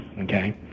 okay